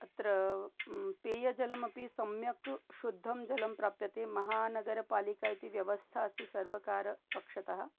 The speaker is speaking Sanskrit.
अत्र पेयजलमपि सम्यक् शुद्धं जलं प्राप्यते महानगरपालिका इति व्यवस्था अस्ति सर्वकार पक्षतः